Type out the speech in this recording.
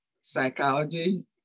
psychology